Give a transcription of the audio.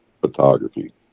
photography